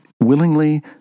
Willingly